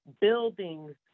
buildings